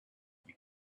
week